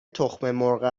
تخممرغ